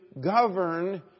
govern